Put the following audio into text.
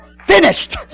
finished